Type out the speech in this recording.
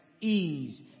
ease